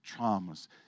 traumas